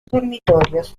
dormitorios